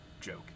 joke